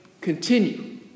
continue